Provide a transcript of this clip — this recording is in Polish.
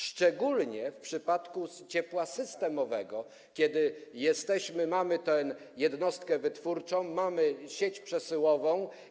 Szczególnie w przypadku ciepła systemowego, kiedy mamy jednostkę wytwórczą, mamy sieć przesyłową.